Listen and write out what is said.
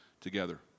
together